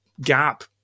gap